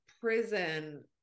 prison